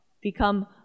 become